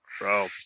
Bro